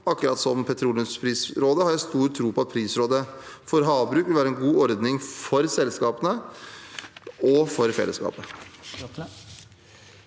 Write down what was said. Akkurat som med petroleumsprisrådet har jeg stor tro på at prisrådet for havbruk vil være en god ordning for selskapene og for fellesskapet.